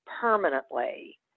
permanently